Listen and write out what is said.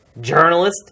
journalist